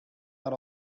are